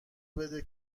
بده